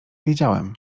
wiedziałem